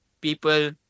people